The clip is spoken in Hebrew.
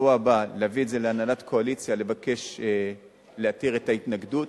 בשבוע הבא להביא את זה להנהלת הקואליציה לבקש להתיר את ההתנגדות.